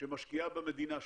שמשקיעה במדינה שלה.